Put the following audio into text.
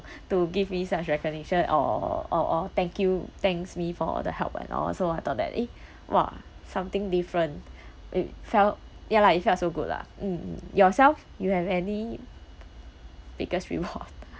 to give me such recognition or or or thank you thanks me for the help and all so I thought that eh !wah! something different it felt ya lah it felt so good lah mm yourself you have any biggest reward